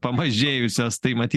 pamažėjusios tai matyt